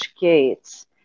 Gates